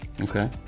Okay